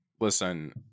listen